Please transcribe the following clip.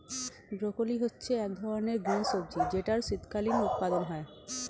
broccoli হচ্ছে এক ধরনের গ্রিন সবজি যেটার শীতকালীন উৎপাদন হয়ে